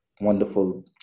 wonderful